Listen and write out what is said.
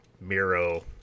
Miro